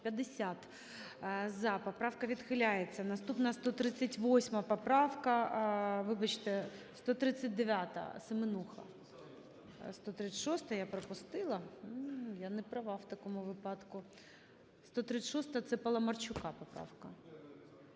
За-50 Поправка відхиляється. Наступна 138 поправка. Вибачте, 139-а.Семенуха. (Шум у залі) 136-а? Я пропустила? Я не права в такому випадку. 136-а – це Паламарчука поправка.